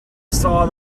saw